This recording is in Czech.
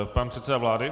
Pan předseda vlády.